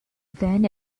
then